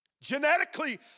Genetically